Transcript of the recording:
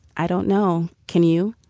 i don't know. can you?